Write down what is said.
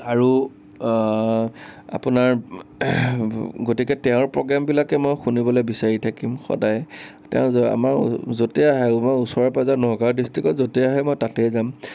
আৰু আপোনাৰ গতিকে তেওঁৰ প্ৰগ্ৰেমবিলাকে মই শুনিবলৈ বিচাৰি থাকিম সদায় তেওঁ যা আমাৰ য'তে আহে আৰু মই ওচৰে পাজৰে নগাওঁ ডিষ্ট্ৰিক্টত য'তেই আহে মই তাতেই যাম